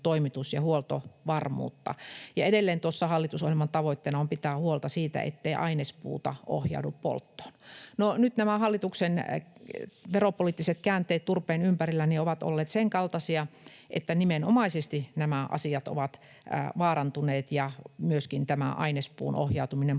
toimitus- ja huoltovarmuutta. Edelleen hallitusohjelman tavoitteena on pitää huolta siitä, ettei ainespuuta ohjaudu polttoon. No, nyt nämä hallituksen veropoliittiset käänteet turpeen ympärillä ovat olleet senkaltaisia, että nimenomaisesti nämä asiat ovat vaarantuneet ja myöskin ainespuun ohjautuminen polttoon